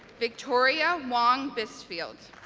victoria wang bysfield